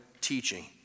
teaching